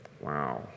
wow